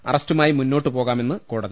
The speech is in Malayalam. അറസ്റ്റുമായി മുന്നോട്ട് പോകാമെന്ന് കോടതി